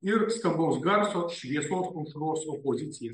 ir skambaus garso švieso aušros opozicijai